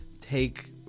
take